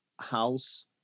house